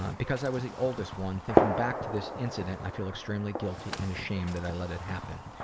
um because i was the oldest one thinking back to this incident i feel extremely guilty and ashamed that i let it happen.